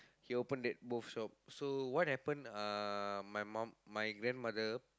he open that both shop so what happen uh my mum my grandmother